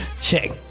Check